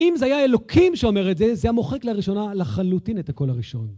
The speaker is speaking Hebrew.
אם זה היה אלוקים שאומר את זה, זה היה מוחק לראשונה לחלוטין את הקול הראשון.